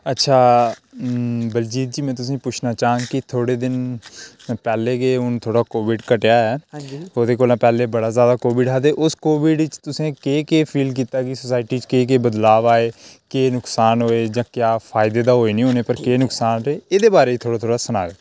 अच्छा बलजीत जी में तुसें गी पुच्छना चाह्ङ कि थोह्ड़े दिन पैह्लें गै हून थोह्ड़ा कोविड घटेआ ऐ हां जी ओह्दे कोला पैह्लें बड़ा कोविड हा ते उस कोविड च तुसें केह् केह् फील कीता कि सोसाइटी च केह् केह् बदलाव आए केह् नुकसान होऐ जां ते क्या फायदे ते होए निं होने पर केह् केह् नुकसान एह्दे बारै थोह्ड़ा थोह्ड़ा सनाएओ